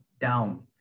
down